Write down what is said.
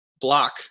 block